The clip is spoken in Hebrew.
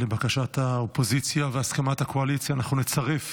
לבקשת האופוזיציה ובהסכמת הקואליציה, אנחנו נצרף